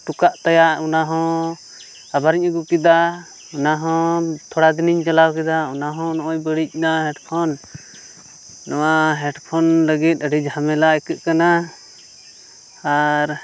ᱦᱚᱴᱚ ᱠᱟᱜ ᱛᱟᱭᱟ ᱚᱱᱟᱦᱚᱸ ᱟᱵᱟᱨᱤᱧ ᱟᱹᱜᱩ ᱠᱮᱫᱟ ᱚᱱᱟᱦᱚᱸ ᱛᱷᱚᱲᱟ ᱫᱤᱱᱤᱧ ᱪᱟᱞᱟᱣ ᱠᱮᱫᱟ ᱚᱱᱟ ᱦᱚᱸ ᱱᱚᱜᱼᱚᱭ ᱵᱟᱹᱲᱤᱡ ᱮᱱᱟ ᱦᱮᱰᱯᱷᱳᱱ ᱱᱚᱣᱟ ᱦᱮᱰᱯᱷᱳᱱ ᱞᱟᱹᱜᱤᱫ ᱟᱹᱰᱤ ᱡᱷᱟᱢᱮᱞᱟ ᱟᱹᱭᱠᱟᱹᱜ ᱠᱟᱱᱟ ᱟᱨ